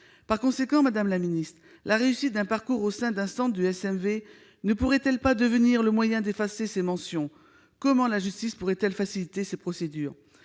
Par conséquent, madame la garde des sceaux, la réussite d'un parcours au sein d'un centre du SMV ne pourrait-elle pas devenir le moyen d'effacer ces mentions ? Comment la justice pourrait-elle faciliter ces procédures ?